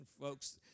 folks